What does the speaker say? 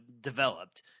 developed